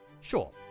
Sure